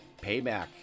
payback